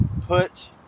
put